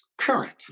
current